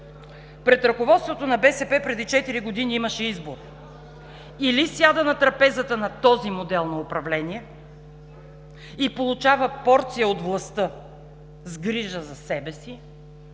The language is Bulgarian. пред ръководството на БСП преди четири години имаше избор – или сяда на трапезата на този модел на управление и получава порция от властта с грижа за себе си,